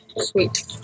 Sweet